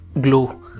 glow